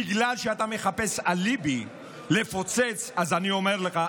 בגלל שאתה מחפש אליבי לפוצץ, אז אני אומר לך.